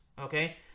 okay